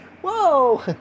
whoa